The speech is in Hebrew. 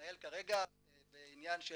שמתנהל כרגע בעניין של